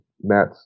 Matt